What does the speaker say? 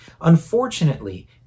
Unfortunately